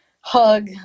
hug